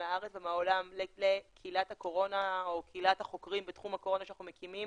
מהארץ ומהעולם לקהילת החוקרים בתחום הקורונה שאנחנו מקימים